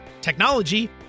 technology